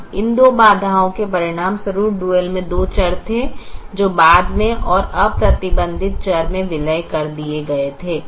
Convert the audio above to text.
अब इन दो बाधाओं के परिणामस्वरूप डुअल में दो चर थे जो बाद में और अप्रतिबंधित चर में विलय कर दिए गए थे